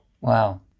Wow